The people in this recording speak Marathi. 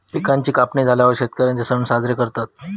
पिकांची कापणी झाल्यार शेतकर्यांचे सण साजरे करतत